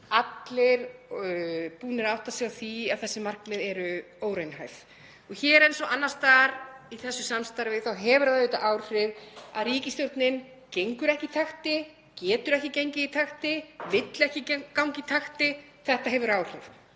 allir búnir að átta sig á því að þessi markmið eru óraunhæf. Hér eins og annars staðar í þessu samstarfi þá hefur auðvitað áhrif að ríkisstjórnin gengur ekki í takti, getur ekki gengið í takti, vill ekki ganga í takti. Þetta hefur áhrif.